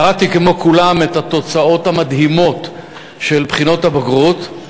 קראתי כמו כולם על התוצאות המדהימות בבחינות הבגרות,